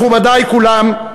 מכובדי כולם,